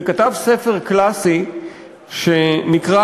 וכתב ספר קלאסי שנקרא: